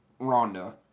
Rhonda